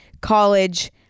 college